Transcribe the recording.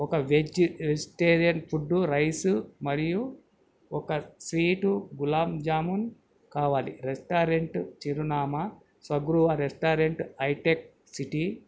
ఒక veg vegetarian food rice మరియు ఒక స్వీటు గులాబ్ జామూన్ కావాలి రెస్టారెంట్ చిరునామా స్వగరువ రెస్టారెంట్ హైటెక్ సిటీ